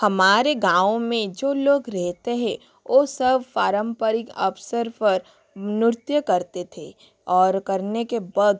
हमारे गांव में जो लोग रहते हैं वो सब पारंपरिक अवसर पर नृत्य करते थे और करने के वक्त